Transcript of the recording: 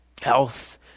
health